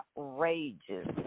outrageous